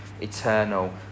eternal